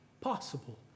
possible